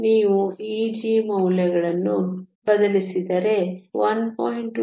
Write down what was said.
ನೀವು Eg ಮೌಲ್ಯಗಳನ್ನು ಬದಲಿಸಿದರೆ 1